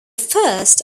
first